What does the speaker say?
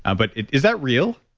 ah but is that real?